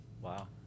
Wow